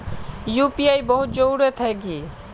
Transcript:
UPI बहुत जरूरी है की?